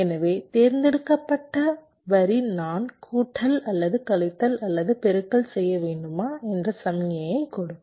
எனவே தேர்ந்தெடுக்கப்பட்ட வரி நான் கூட்டல் அல்லது கழித்தல் அல்லது பெருக்கல் செய்ய வேண்டுமா என்ற சமிக்ஞையை கொடுக்கும்